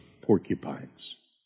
porcupines